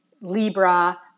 Libra